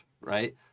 right